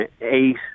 eight